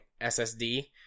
SSD